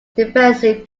defensive